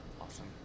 Awesome